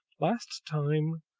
last time,